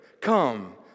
Come